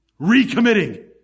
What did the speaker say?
recommitting